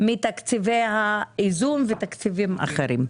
מתקציבי האיזון ותקציבים אחרים.